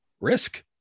Risk